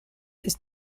ist